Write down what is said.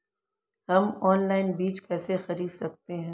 हम ऑनलाइन बीज कैसे खरीद सकते हैं?